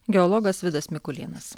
geologas vidas mikulėnas